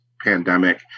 pandemic